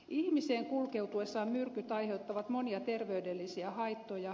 ihmiseen kulkeutuessaan myrkyt aiheuttavat monia terveydellisiä haittoja